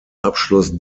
abschluss